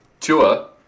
Tua